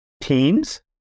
teams